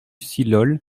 silhol